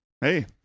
hey